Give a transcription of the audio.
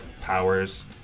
powers